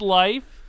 life